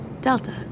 Delta